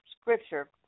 Scripture